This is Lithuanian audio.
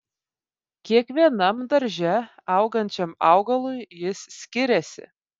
kiekvienam darže augančiam augalui jis skiriasi